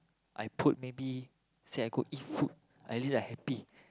I put maybe say I could eat food at least I happy